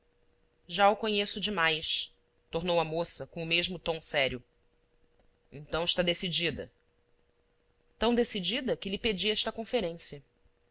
já o conheço demais tornou a moça com o mesmo tom sério então está decidida tão decidida que lhe pedi esta conferência